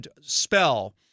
spell